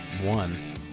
One